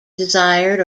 desired